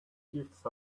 gifts